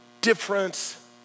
difference